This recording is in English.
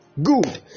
Good